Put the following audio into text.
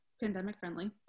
pandemic-friendly